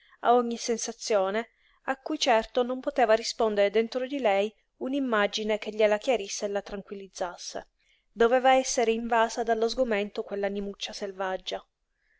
a ogni sensazione a cui certo non poteva rispondere dentro di lei unimmagine che gliela chiarisse e la tranquillasse doveva essere invasa dallo sgomento quell'animuccia selvaggia